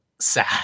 sad